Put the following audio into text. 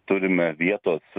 turime vietos